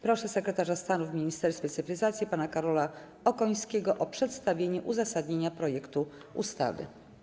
Proszę sekretarza stanu w Ministerstwie Cyfryzacji pana Karola Okońskiego o przedstawienie uzasadnienia projektu ustawy.